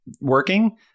working